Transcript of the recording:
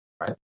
right